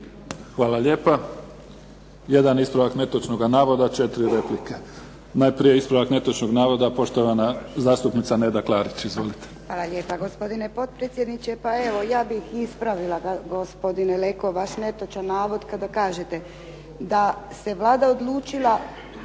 Hvala lijepa. Jedan ispravak netočnog navoda, četiri replike. Najprije ispravak netočnog navoda poštovana zastupnica Neda Klarić. Izvolite. **Klarić, Nedjeljka (HDZ)** Hvala lijepa gospodine potpredsjedniče. Pa evo ja bih ispravila gospodine Leko vaš netočan navod kada kažete da se Vlada odlučila